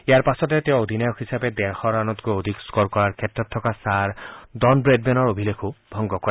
ইয়াৰ পাছতে তেওঁ অধিনায়ক হিচাপে ডেৰশ ৰানতকৈ অধিক স্কৰ কৰাৰ ক্ষেত্ৰত থকা ছাৰ ডন বেডমেনৰ অভিলেখো ভংগ কৰে